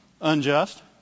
Unjust